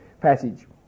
passage